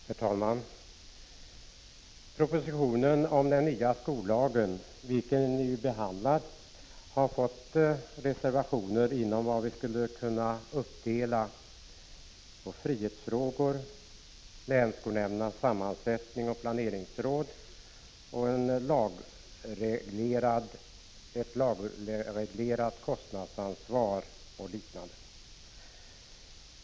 Herr talman! Propositionen om den nya skollagen, vilken vi nu behandlar, har föranlett reservationer inom vad vi skulle kunna dela upp på områdena frihetsfrågor, länsskolnämndernas sammansättning och planeringsråd, ett lagreglerat kostnadsansvar och liknande.